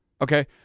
Okay